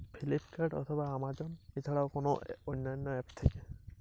অনলাইনে বীজ কীভাবে কিনতে পারি?